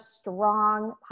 Strong